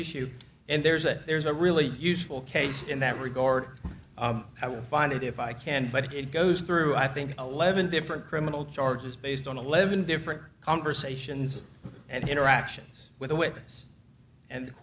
issue and there's a there's a really useful case in that regard i will find it if i can but it goes through i think eleven different criminal charges based on eleven different conversations and interactions with a witness and the